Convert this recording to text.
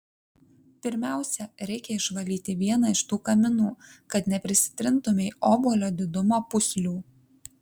pirmiausia reikia išvalyti vieną iš tų kaminų kad neprisitrintumei obuolio didumo pūslių